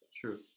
True